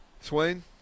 Swain